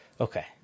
Okay